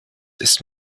ist